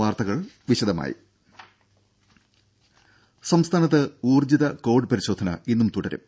വാർത്തകൾ വിശദമായി സംസ്ഥാനത്ത് ഊർജ്ജിത കോവിഡ് പരിശോധന ഇന്നും തുടരും